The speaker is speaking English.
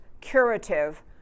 curative